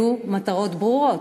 אלו מטרות ברורות.